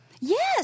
Yes